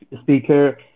speaker